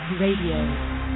Radio